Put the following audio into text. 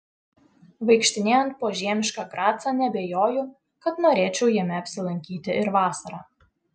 vaikštinėjant po žiemišką gracą neabejoju kad norėčiau jame apsilankyti ir vasarą